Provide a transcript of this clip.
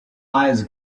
eyes